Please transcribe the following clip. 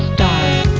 die